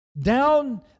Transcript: down